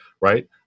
right